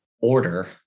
order